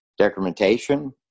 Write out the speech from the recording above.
decrementation